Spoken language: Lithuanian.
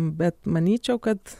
bet manyčiau kad